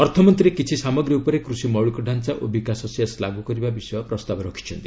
ଅର୍ଥମନ୍ତ୍ରୀ କିଛି ସାମଗ୍ରୀ ଉପରେ କୃଷି ମୌଳିକ ଢ଼ାଞ୍ଚା ଓ ବିକାଶ ସେସ୍ ଲାଗୁ କରିବା ବିଷୟ ପ୍ରସ୍ତାବ ରଖିଛନ୍ତି